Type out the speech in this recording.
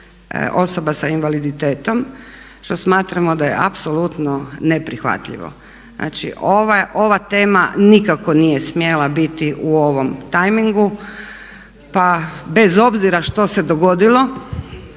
osoba sa invaliditetom što smatramo da je apsolutno neprihvatljivo. Znači ova tema nikako nije smjela biti u ovom tajmingu pa bez obzira što se dogodilo